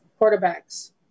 quarterbacks